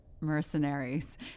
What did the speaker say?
mercenaries